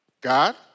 God